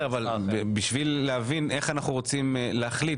אבל בשביל להבין איך אנחנו רוצים להחליט,